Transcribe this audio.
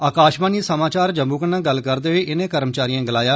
आकाशवाणी समाचार जम्मू कन्नै गल्ल करदे होई इनें कर्मचारिएं गलाया